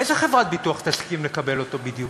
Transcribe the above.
איזו חברת ביטוח תסכים לקבל אותו בדיוק?